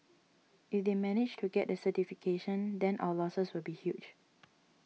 if they managed to get the certification then our losses would be huge